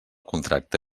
contracte